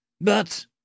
But